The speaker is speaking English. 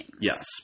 Yes